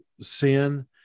sin